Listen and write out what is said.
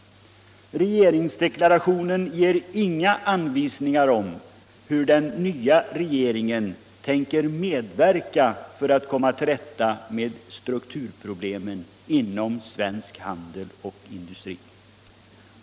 Regeringsdeklarationen ger inga anvisningar om hur den nya regeringen tänker medverka till att komma till rätta med strukturproblemen inom svensk handel och industri.